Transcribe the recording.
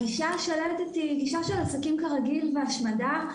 הגישה השולטת היא גישה של עסקים כרגיל והשמדה.